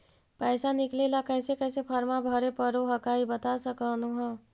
पैसा निकले ला कैसे कैसे फॉर्मा भरे परो हकाई बता सकनुह?